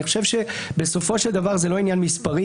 אני חושב שבסופו של דבר זה לא עניין מספרי,